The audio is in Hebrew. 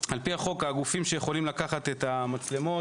על פי החוק הגופים שיכולים לקחת את המצלמות